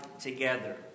together